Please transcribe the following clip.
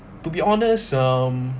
to be honest um